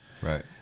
right